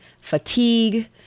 fatigue